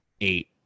eight